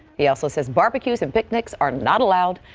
he also says barbecues and picnics are not allowed.